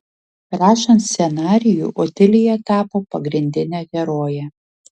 rašant scenarijų otilija tapo pagrindine heroje